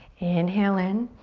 inhale in.